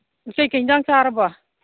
ꯀꯩ ꯏꯟꯖꯥꯡ ꯆꯥꯔꯕ